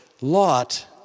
Lot